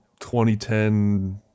2010